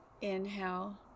Inhale